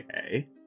Okay